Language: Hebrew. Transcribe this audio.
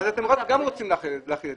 כלומר אתם רוצים להחיל גם את זה.